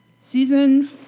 Season